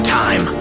time